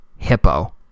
hippo